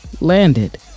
landed